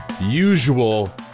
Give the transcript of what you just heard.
usual